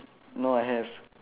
no I have